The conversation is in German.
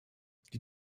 die